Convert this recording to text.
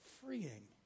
freeing